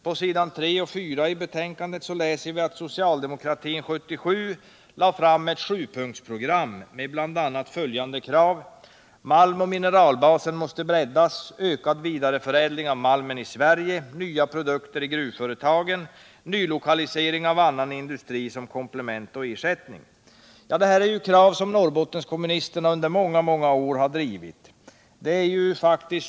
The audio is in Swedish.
På s. 3 och 4 kan man läsa att socialdemokraterna 1977 lade fram ett sjupunktsprogram med bl.a. följande krav: ”- Malmoch mineralbasen måste breddas — Nylokalisering av annan industri som komplement och ersättning.” Dessa krav har Norrbottensdelegationen drivit under många år.